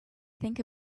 think